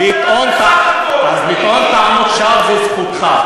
עכשיו, לטעון טענות שווא, זכותך.